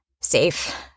safe